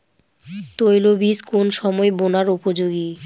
তৈল বীজ কোন সময় বোনার উপযোগী?